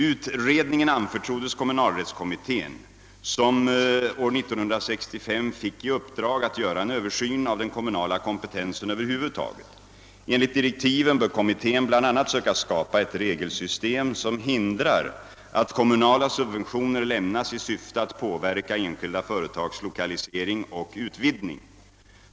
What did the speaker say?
Utredningen anförtroddes kommunalrättskommittén som år 1965 fick i uppdrag att göra en översyn av den kommunala kompetensen över huvud taget. Enligt direktiven bör kommittén bl.a. söka skapa ett regelsystem som hindrar att kommunala subventioner lämnas i syfte att påverka enskilda företags 1okalisering och utvidgning.